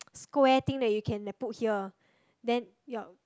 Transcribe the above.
square thing that you can like put here then your